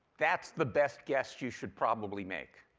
that's the best guess you should probably make.